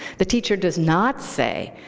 the teacher does not say,